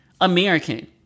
American